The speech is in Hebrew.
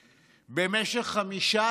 במשך 15 יום,